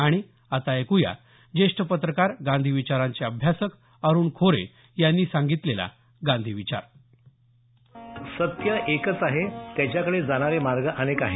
आणि आता ऐकू या ज्येष्ठ पत्रकार गांधी विचारांचे अभ्यासक अरूण खोरे यांनी सांगितलेला गांधी विचार सत्य एकच आहे त्याच्याकडे जाणारे मार्ग अनेक आहेत